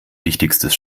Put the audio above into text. wichtigstes